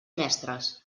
mestres